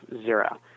zero